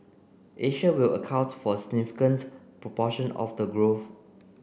Asia will account for a significant proportion of the growth